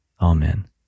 Amen